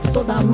Toda